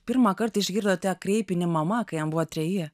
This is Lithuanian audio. pirmą kartą išgirdote kreipinį mama kai jam buvo treji